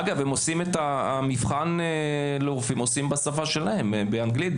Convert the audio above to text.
אגב את המבחן לרופאים עושים בשפה שלהם באנגלית,